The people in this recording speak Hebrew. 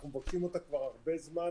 אנחנו מבקשים אותה כבר הרבה זמן.